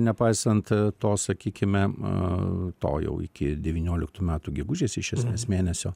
nepaisant to sakykime to jau iki devynioliktų metų gegužės iš esmės mėnesio